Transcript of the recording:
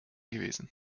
gewesen